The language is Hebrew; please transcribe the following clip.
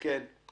כן.